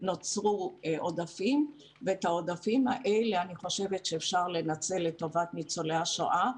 נוצרו עודפים ואת העודפים האלה אפשר לנצל לטובת ניצולי השואה,